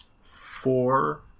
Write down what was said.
four